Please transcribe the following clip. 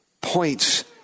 points